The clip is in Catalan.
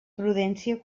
prudència